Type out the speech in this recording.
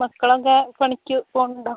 മക്കളൊക്കെ പണിക്ക് പോകുന്നുണ്ടോ